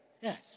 Yes